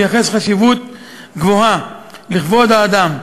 מייחס חשיבות רבה לכבוד האדם,